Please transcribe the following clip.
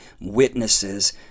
witnesses